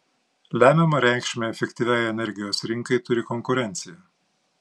lemiamą reikšmę efektyviai energijos rinkai turi konkurencija